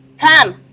come